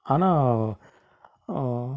ஆனால்